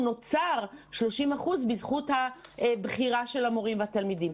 הוא נותר 30% בזכות הבחירה של המורים והתלמידים.